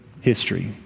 history